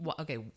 Okay